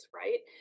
right